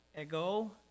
ego